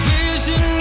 vision